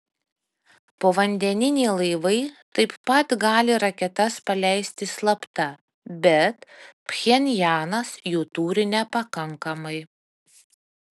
povandeniniai laivai taip pat gali raketas paleisti slapta bet pchenjanas jų turi nepakankamai